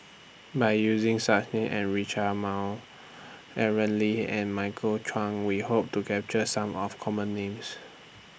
By using Names such as Rita Chao Aaron Lee and Michael Chiang We Hope to capture Some of Common Names